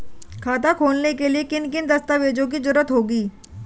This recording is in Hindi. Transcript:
खाता खोलने के लिए किन किन दस्तावेजों की जरूरत होगी?